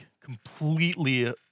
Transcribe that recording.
completely